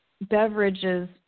beverages